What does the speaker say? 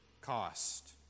cost